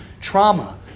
trauma